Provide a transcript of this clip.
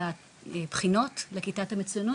והבחינות לכיתת המצוינות,